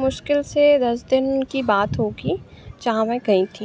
मुश्किल से दस दिन की बात होगी जहाँ मैं गई थी